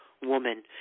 woman